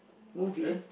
movie